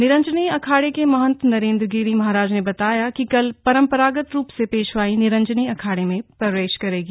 निरंजनी अखाड़े के महंत नरेंद्र गिरी महाराज ने बताया कि कल परंपरागत रूप से पेशवाई निरंजनी अखाड़े में प्रवेश करेगी